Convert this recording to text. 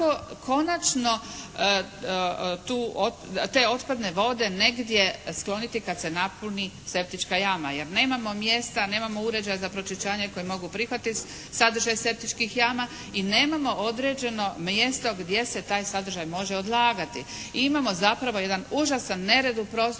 konačno tu, te otpadne vode negdje skloniti kad se napuni septička jama? Jer nemamo mjesta, nemamo uređaja za pročišćavanje koji mogu prihvatiti sadržaj septičkih jama i nemamo određeno mjesto gdje se taj sadržaj može odlagati. I imamo zapravo jedan užasan nered u prostoru